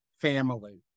family